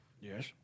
Yes